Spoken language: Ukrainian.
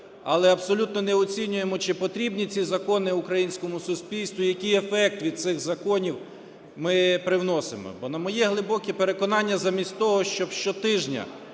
але абсолютно не оцінюємо, чи потрібні ці закони українському суспільству, який ефект від цих законів ми привносимо. Бо на моє глибоке переконання, замість того, щоб щотижня